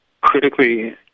critically